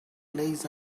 lays